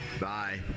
Bye